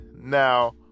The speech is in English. now